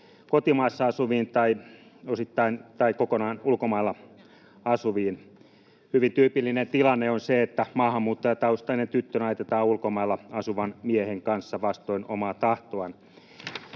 kuin osittain tai kokonaan ulkomailla asuviin. Hyvin tyypillinen tilanne on se, että maahanmuuttajataustainen tyttö naitetaan ulkomailla asuvan miehen kanssa vastoin omaa tahtoaan.